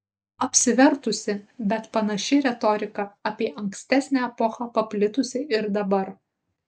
apsivertusi bet panaši retorika apie ankstesnę epochą paplitusi ir dabar